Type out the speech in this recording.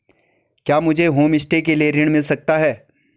क्या मुझे होमस्टे के लिए ऋण मिल सकता है?